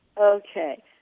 Okay